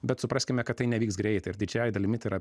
bet supraskime kad tai nevyks greitai ir didžiąja dalimi tai yra